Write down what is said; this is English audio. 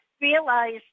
realize